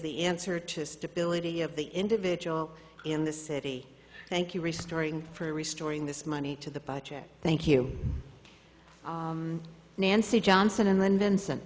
the answer to stability of the individual in the city thank you restoring for restoring this money to the budget thank you nancy johnson and then vincent